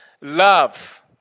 love